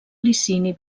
licini